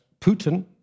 Putin